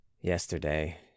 Yesterday